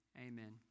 Amen